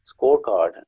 scorecard